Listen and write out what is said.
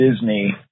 Disney